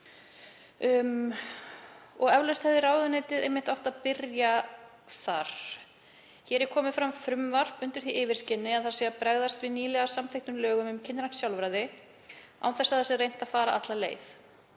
Eflaust hefði ráðuneytið einmitt átt að byrja þar. Hér er komið fram frumvarp undir því yfirskini að verið sé að bregðast við nýlega samþykktum lögum um kynrænt sjálfræði án þess að reynt sé að fara alla leið.